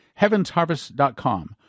Heavensharvest.com